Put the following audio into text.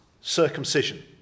circumcision